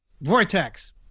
Vortex